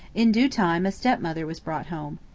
in due time a step-mother was brought home.